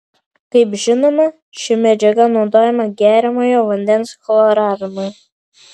kaip žinoma ši medžiaga naudojama geriamojo vandens chloravimui